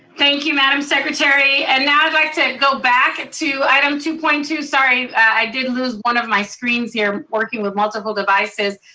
thank you, madam secretary. and now i'd like to go back to item two point two, sorry, i did lose one of my screens here, working with multiple devices.